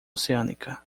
oceânica